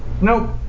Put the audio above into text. Nope